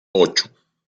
ocho